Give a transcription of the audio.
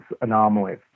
anomalies